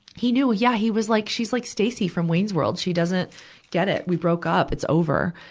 he knew. yeah, he was like, she's like stacy from wayne's world she doesn't get it. we broke up it's over.